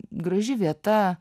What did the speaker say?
graži vieta